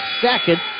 second